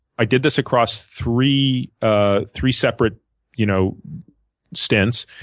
i did this across three ah three separate you know stints,